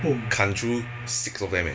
砍 through six of them eh